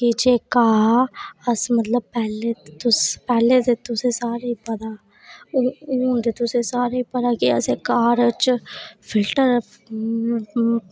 कि जेह्का अस पैहले ते तुसें सारें ई पता हून ते तुसें ई सारें ई पता असें घर च फिल्टर